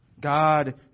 God